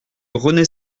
rené